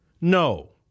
No